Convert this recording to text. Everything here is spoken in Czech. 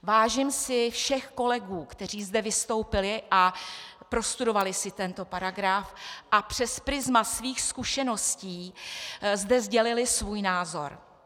Vážím si všech kolegů, kteří zde vystoupili a prostudovali si tento paragraf a přes prizma svých zkušeností zde sdělili svůj názor.